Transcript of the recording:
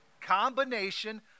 combination